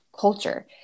culture